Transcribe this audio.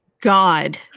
God